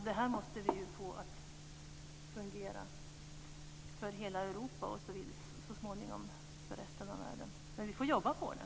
Det här måste vi få att fungera för hela Europa och så småningom för resten av världen. Men vi får jobba med det.